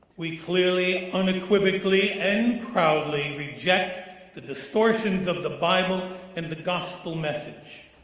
we clearly, unequivocally and proudly reject the distortions of the bible and the gospel message.